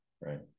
right